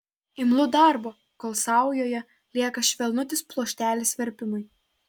imlu darbo kol saujoje lieka švelnutis pluoštelis verpimui